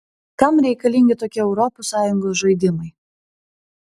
kam reikalingi tokie europos sąjungos žaidimai